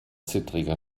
zittriger